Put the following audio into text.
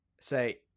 say